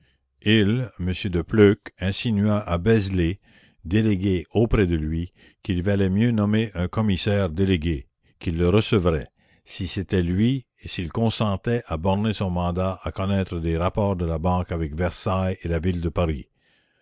de pleuc insinua à beslay délégué auprès de lui qu'il valait mieux nommer un commissaire délégué qu'il le recevrait si c'était lui et s'il consentait à borner son mandat à connaître des rapports de la banque avec versailles et la ville de paris